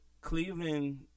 Cleveland